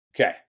okay